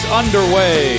underway